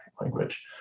language